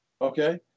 Okay